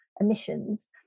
emissions